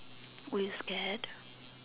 were you scared